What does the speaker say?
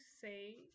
say